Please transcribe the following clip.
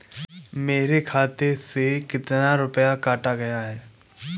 मेरे खाते से कितना रुपया काटा गया है?